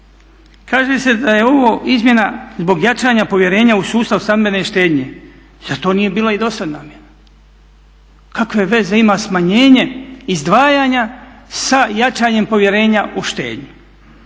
Kaže se da je ovo izmjena zbog jačanja povjerenja u sustav stambene štednje. Zar to nije bilo i do sada namjena? Kakve veze ima smanjenje izdvajanja sa jačanjem povjerenja u štednji,